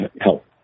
help